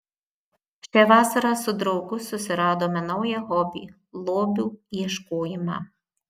šią vasarą su draugu susiradome naują hobį lobių ieškojimą